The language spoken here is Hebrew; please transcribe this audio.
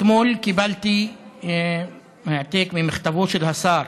אתמול קיבלתי העתק ממכתבו של השר